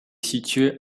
situé